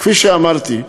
כפי שאמרתי,